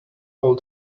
all